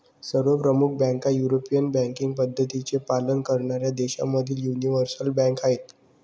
सर्व प्रमुख बँका युरोपियन बँकिंग पद्धतींचे पालन करणाऱ्या देशांमधील यूनिवर्सल बँका आहेत